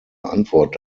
antwort